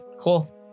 Cool